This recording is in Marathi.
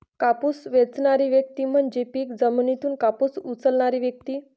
कापूस वेचणारी व्यक्ती म्हणजे पीक जमिनीतून कापूस उचलणारी व्यक्ती